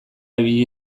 ibili